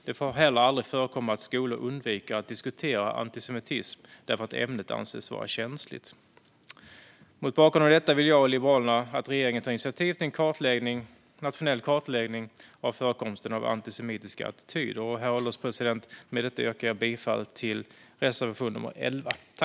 Det får heller aldrig förekomma att skolor undviker att diskutera antisemitism därför att ämnet anses vara känsligt. Mot bakgrund av detta vill jag och Liberalerna att regeringen tar initiativ till en nationell kartläggning av förekomsten av antisemitiska attityder. Herr ålderspresident! Med detta yrkar jag bifall till reservation 11.